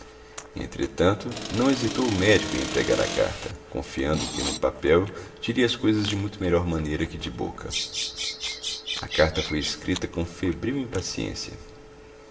entretanto não hesitou o médico em empregar a carta confiando que no papel diria as coisas de muito melhor maneira que de boca a carta foi escrita com febril impaciência